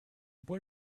boy